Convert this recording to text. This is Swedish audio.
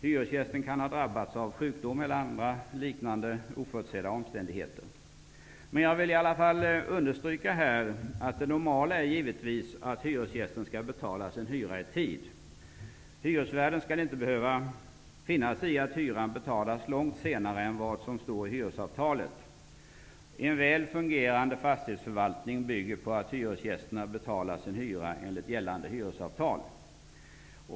Hyresgästen kan ha drabbats av sjukdom eller liknande oförutsedda omständigheter. Jag vill i alla fall understryka att det normala givetvis är att hyresgästen skall betala sin hyra i tid. Hyresvärden skall inte behöva finna sig i att hyran betalas långt senare än vad som står i hyresavtalet. En väl fungerande fastighetsförvaltning bygger på att hyresgästerna betalar sin hyra enligt gällande hyresavtal.